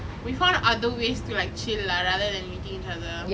we found other ways to like chill lah rather than meeting each other